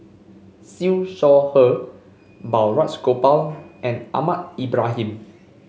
Siew Shaw Her Balraj Gopal and Ahmad Ibrahim